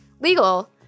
legal